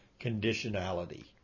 conditionality